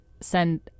send